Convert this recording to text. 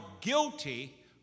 guilty